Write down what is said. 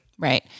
Right